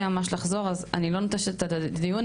מאוד שאני אחזור אז אני לא נוטשת את הדיון,